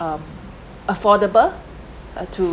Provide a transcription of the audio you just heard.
um affordable uh to